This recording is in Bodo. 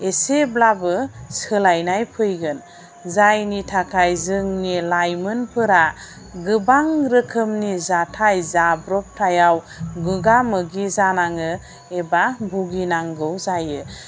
एसेब्लाबो सोलायनाय फैगोन जायनि थाखाय जोंनि लाइमोनफोरा गोबां रोखोमनि जाथाय जाब्रबथायाव मोगा मोगि जानाङो एबा बुगिनांगौ जायो